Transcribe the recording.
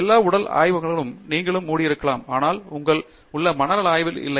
எல்லா உடல் ஆய்வகங்களும் நீங்கள் மூடி இருக்கலாம் ஆனால் உங்களிடம் உள்ள மனநல ஆய்வில் இல்லை